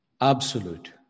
Absolute